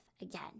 again